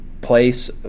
place